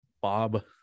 Bob